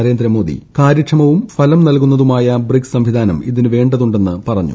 നരേന്ദ്രമോദ്ദിം കാര്യക്ഷമവും ഫലം നൽകുന്നതുമായ ബ്രിക്സ് സംവിധാനം ഇത്ത്ന് വേണ്ടതുണ്ടെന്ന് വ്യക്തമാക്കി